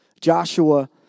Joshua